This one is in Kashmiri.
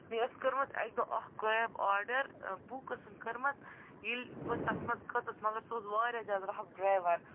مےٚ ٲسۍ کٔرمٕژ اَکہِ دۄہ اکھ کیب آرڈر بُک ٲسٕم کٔرمٕژ ییٚلہِ بہٕ تَتھ منٛز کھٔژَس سُہ واریاہ زیادٕ رَف ڈٮ۪ور سُہ اوس توٗت